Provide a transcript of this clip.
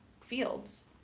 fields